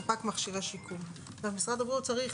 ספק מכשירי שיקום); משרד הבריאות צריך